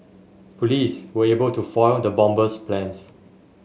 police were able to foil the bomber's plans